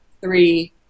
three